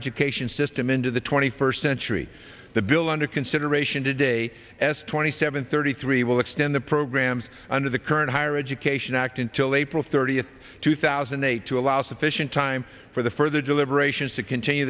education system into the twenty first century the bill under consideration today s twenty seven thirty three will extend the programs under the current higher education act until april thirtieth two thousand and eight to allow sufficient time for the further deliberations to continue